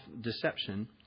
deception